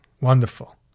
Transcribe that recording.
Wonderful